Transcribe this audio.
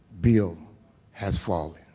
bill has fallen.